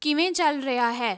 ਕਿਵੇਂ ਚੱਲ ਰਿਹਾ ਹੈ